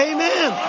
Amen